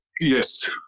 Yes